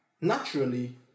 naturally